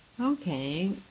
Okay